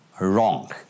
wrong